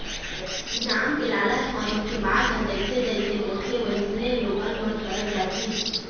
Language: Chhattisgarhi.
इनाम के लालच म धोखेबाज ह जइसे जइसे बोलथे वइसने लोगन मन करत जाथे